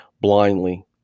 blindly